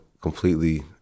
completely